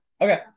Okay